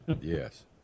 Yes